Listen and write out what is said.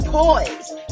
poised